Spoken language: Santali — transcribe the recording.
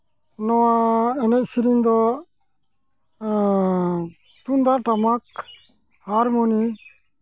ᱱᱚᱣᱟ ᱮᱱᱮᱡ ᱥᱤᱨᱤᱧ ᱫᱚ ᱛᱩᱢᱫᱟᱜ ᱴᱟᱢᱟᱠ ᱦᱟᱨᱢᱳᱱᱤ